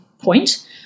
point